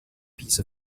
piece